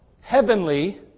heavenly